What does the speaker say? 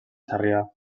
sarrià